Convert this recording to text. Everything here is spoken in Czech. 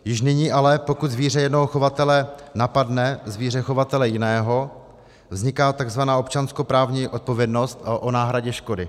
Již nyní ale, pokud zvíře jednoho chovatele napadne zvíře chovatele jiného, vzniká takzvaná občanskoprávní odpovědnost o náhradě škody.